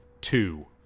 Two